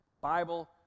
Bible